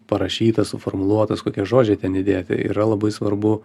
parašytas suformuluotas kokie žodžiai ten įdėti yra labai svarbu